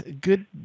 good